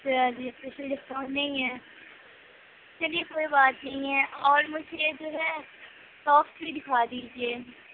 سر special discount نہیں ہے چلیے کوئی بات نہیں ہے اور مجھے یہ جو ہے ساکس بھی دکھا دیجیے